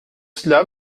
cela